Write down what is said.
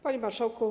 Panie Marszałku!